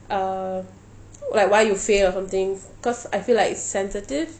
err like why you fail or something cause I feel like it's sensitive